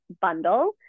bundle